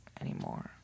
anymore